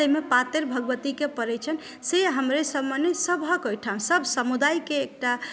ताहिमे पातरि भगवतीकेँ पड़ै छनि से हमरे सभमे नहि सभहक ओहिठाम सभ समुदायके एकटा